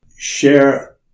share